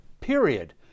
period